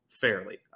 fairly